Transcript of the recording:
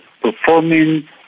performing